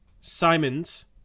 Simons